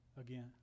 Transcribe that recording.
Again